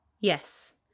Yes